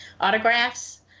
autographs